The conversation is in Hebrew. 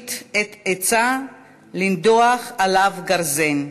תשחית את עצה לנדֹח עליו גרזן".